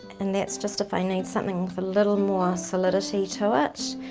and that's just if i need something with a little more solidity to it.